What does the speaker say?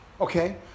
Okay